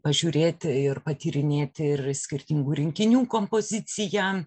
pažiūrėti ir patyrinėti ir skirtingų rinkinių kompoziciją